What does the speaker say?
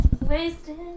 Wasting